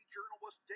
Journalist